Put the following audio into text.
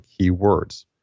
keywords